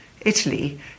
Italy